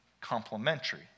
complementary